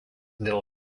dėl